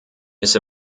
ist